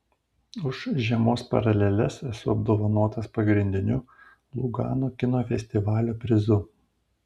už žiemos paraleles esu apdovanotas pagrindiniu lugano kino festivalio prizu